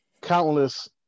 Countless